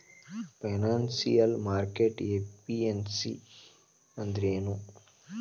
Financial market efficiency ಅಂದ್ರೇನು?